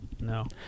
No